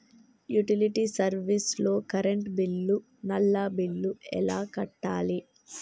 Utility service లో current bill, నల్లా bill ఎలా కట్టాలి?